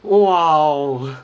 !wow!